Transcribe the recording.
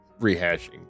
rehashing